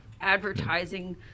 advertising